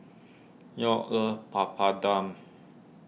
York loves Papadum